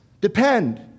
depend